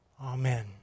Amen